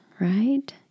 right